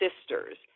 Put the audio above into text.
sisters